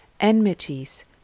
enmities